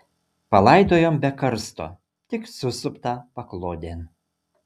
palaidojom be karsto tik susuptą paklodėn